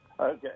Okay